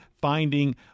finding